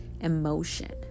emotion